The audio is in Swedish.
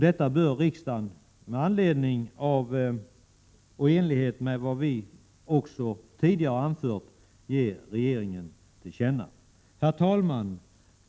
Detta bör riksdagen i enlighet med vad vi tidigare har anfört ge regeringen till känna. Herr talman!